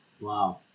Wow